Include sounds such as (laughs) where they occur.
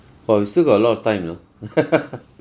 !wah! we still got a lot of time you know (laughs)